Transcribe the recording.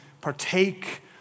partake